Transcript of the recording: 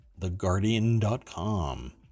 theguardian.com